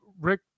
Rick